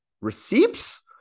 receipts